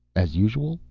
as usual?